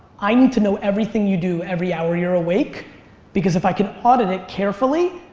i need to know everything you do every hour you're awake because if i can audit it carefully,